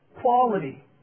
quality